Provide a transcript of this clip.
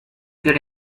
get